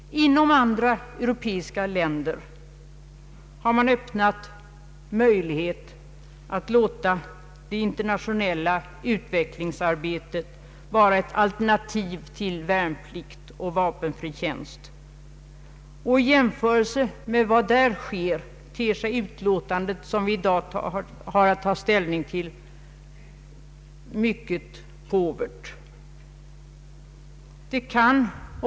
Inom andra europeiska länder har man öppnat möjlighet att låta det internationella utvecklingsarbetet vara ett alternativ till värnplikt och vapenfri tjänst. I jämförelse med vad där sker ter sig det utlåtande som vi i dag har att ta ställning till som mycket påvert.